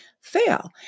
fail